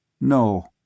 No